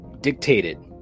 dictated